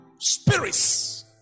spirits